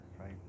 right